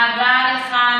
ההגעה לכאן,